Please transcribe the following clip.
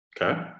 Okay